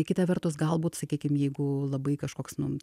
kita vertus galbūt sakykim jeigu labai kažkoks nu